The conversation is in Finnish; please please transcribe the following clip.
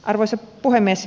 arvoisa puhemies